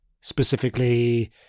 Specifically